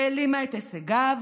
העלימה את הישגיו,